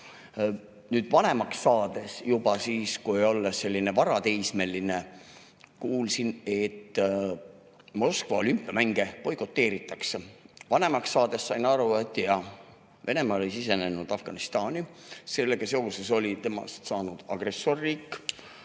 Vanemaks saades, olles juba selline varateismeline, kuulsin, et Moskva olümpiamänge boikoteeritakse. Vanemaks saades sain aru, et jah, Venemaa oli sisenenud Afganistani ja sellega seoses oli temast saanud agressorriik.